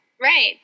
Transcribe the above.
right